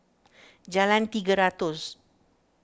Jalan Tiga Ratus